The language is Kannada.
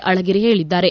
ಅಳಗಿರಿ ಹೇಳಿದ್ದಾರೆ